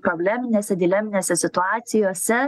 probleminėse dileminėse situacijose